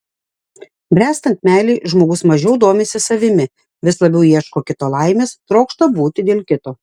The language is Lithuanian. bręstant meilei žmogus mažiau domisi savimi vis labiau ieško kito laimės trokšta būti dėl kito